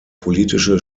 politische